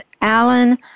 Alan